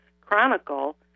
chronicle